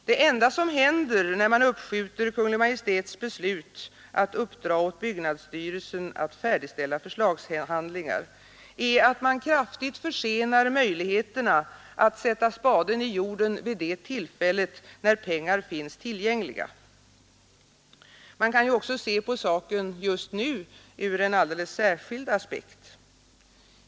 Det enda som händer när man uppskjuter Kungl. Maj:ts beslut att uppdra åt byggnadsstyrelsen att färdigställa förslagshandlingar är att man kraftigt försenar möjligheterna att sätta spaden i jorden vid det tillfälle då pengar finns tillgängliga. Man kan ju också se på saken just nu ur en alldeles särskild aspekt.